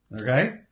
Okay